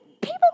People